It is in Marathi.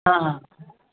हां हां